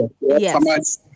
Yes